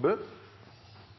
opp